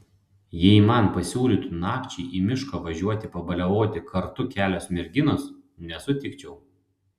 jei man pasiūlytų nakčiai į mišką važiuoti pabaliavoti kartu kelios merginos nesutikčiau